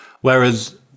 Whereas